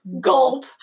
gulp